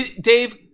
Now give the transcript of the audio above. Dave